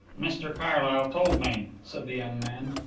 mr carlyle told me, said the young man,